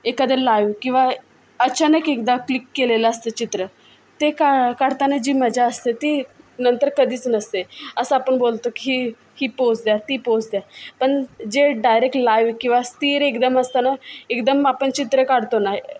एखाद्या लाईव किंवा अचानक एकदा क्लिक केलेलं असतं चित्र ते का काढताना जी मजा असते ती नंतर कधीच नसते असं आपण बोलतो की ही ही पोज द्या ती पोज द्या पण जे डायरेक लाईव किंवा स्थिर एकदम असताना एकदम आपण चित्र काढतो ना